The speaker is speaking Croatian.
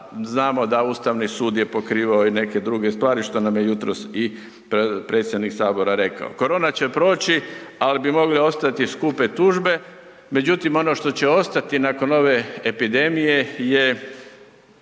znamo da Ustavni sud je pokrivao i neke druge stvari, što nam je jutros i predsjednik HS rekao. Korona će proći, al bi mogle ostati skupe tužbe. Međutim, ono što će ostati nakon ove epidemije je